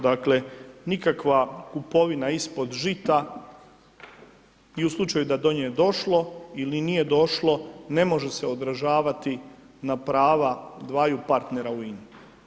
Dakle, nikakva kupovina ispod žita i u slučaju da je do nje došlo ili nije došlo ne može se odražavati na prava dvaju partnera u INI.